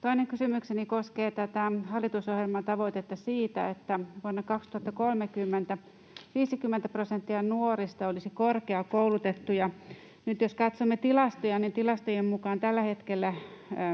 Toinen kysymykseni koskee tätä hallitusohjelman tavoitetta siitä, että vuonna 2030 olisi 50 prosenttia nuorista korkeakoulutettuja. Nyt jos katsomme tilastoja, niin tilastojen mukaan tällä hetkellä